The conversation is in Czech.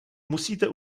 musíte